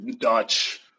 Dutch